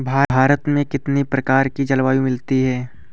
भारत में कितनी प्रकार की जलवायु मिलती है?